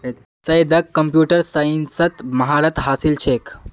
सैयदक कंप्यूटर साइंसत महारत हासिल छेक